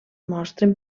mostren